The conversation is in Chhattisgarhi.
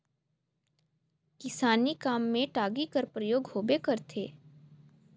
किसानी काम मे टागी कर परियोग होबे करथे